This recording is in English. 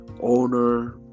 owner